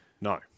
No